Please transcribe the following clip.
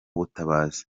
butabazi